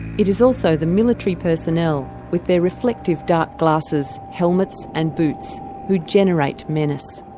it is also the military personnel with their reflective dark glasses, helmets and boots who generate menace.